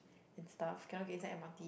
and stuff cannot get inside M_R_T